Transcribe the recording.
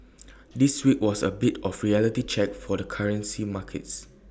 this week was A bit of reality check for the currency markets